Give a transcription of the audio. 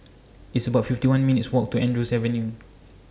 It's about fifty one minutes' Walk to Andrews Avenue